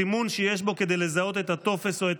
סימון שיש בו כדי לזהות את הטופס או את